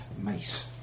mace